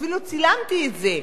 אפילו צילמתי את זה.